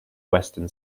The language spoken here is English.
western